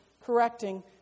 correcting